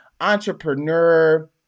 entrepreneur